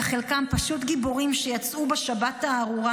וחלקם פשוט גיבורים שיצאו בשבת הארורה